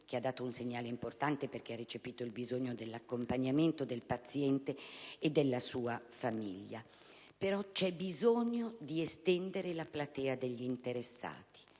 che ha dato un segnale importante, perché ha recepito il bisogno dell'accompagnamento del paziente e della sua famiglia, però occorre estendere la platea degli interessati,